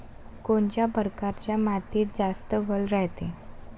कोनच्या परकारच्या मातीत जास्त वल रायते?